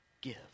give